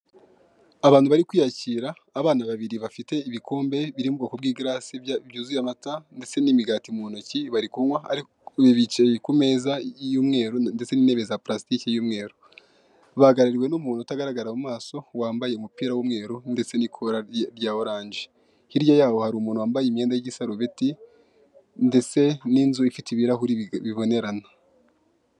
Abantu bari kwiyakira abana babiri bafite ibikombe biri mu bwoko bw'igarase bya byuzuye amata ndetse n'imigati mu ntoki bari kunywa bicaye ku meza y'umweru ndetse n'intebe za pulastiki y'umweru, bahagarariwe n'umuntu utagaragara mu maso wambaye umupira w'umweru ndetse n'ikora rya oranje, hirya yaho hari umuntu wambaye imyenda y'igisarubeti ndetse n'inzu ifite ibirahuri bibonerana.